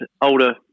older